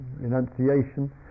enunciation